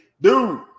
dude